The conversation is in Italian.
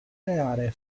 creare